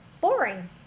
boring